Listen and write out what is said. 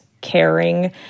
caring